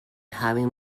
having